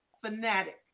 fanatic